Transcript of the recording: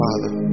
Father